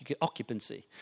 occupancy